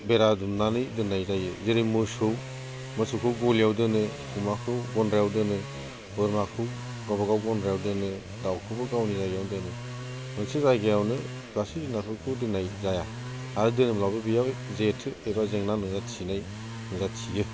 बेरा दुमनानै दोननाय जायो जेरै मोसौ मोसौखौ गलियाव दोनो अमाखौ गन्द्रायाव दोनो बोरमाखौ गावबा गाव गन्द्रायाव दोनो दाउखौबो गावनि जायगायाव दोनो मोनसे जायगायावनो गासै जुनारफोरखौ दोननाय जाया आरो दोनोब्लाबो बेयाव जेथो एबा जेंना नुजाथियो